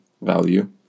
value